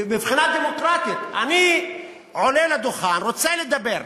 מבחינה דמוקרטית, אני עולה לדוכן, רוצה לדבר,